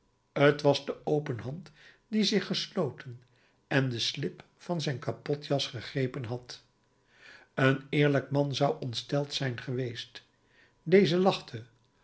t was de open hand die zich gesloten en den slip van zijn kapotjas gegrepen had een eerlijk man zou ontsteld zijn geweest deze lachte